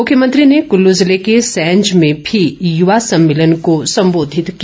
मुख्यमंत्री ने कुल्लू ज़िले के सैंज में भी युवा सम्मेलन को संबोधित किया